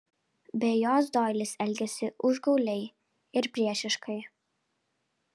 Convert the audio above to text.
be jos doilis elgėsi užgauliai ir priešiškai